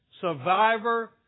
survivor